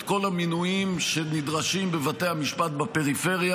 כל המינויים שנדרשים בבתי המשפט בפריפריה.